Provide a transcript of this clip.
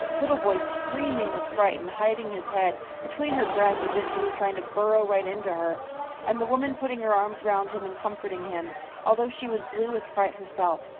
little boy screaming with fright and hiding his head between her breasts as if he was trying to burrow right into her and the woman putting her arms round him and comforting him although she was blue with fright herself,